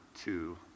two